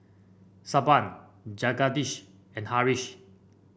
Suppiah Jagadish and Haresh